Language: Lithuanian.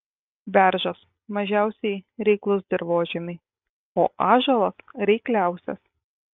beržas mažiausiai reiklus dirvožemiui o ąžuolas reikliausias